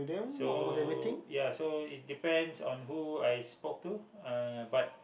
so ya so it depends on who I spoke to uh but